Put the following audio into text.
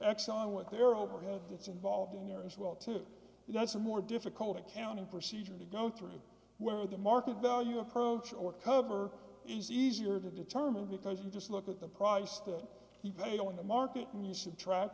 exxon with their overhead that's involved in there as well too that's a more difficult accounting procedure to go through where the market value approach or cover easier to determine because you just look at the price that you paid on the market and you should tr